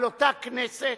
על אותה כנסת,